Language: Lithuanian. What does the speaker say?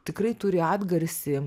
tikrai turi atgarsį